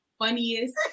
Funniest